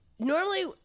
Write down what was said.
Normally